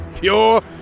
pure